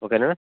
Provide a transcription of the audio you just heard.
ఓకేనా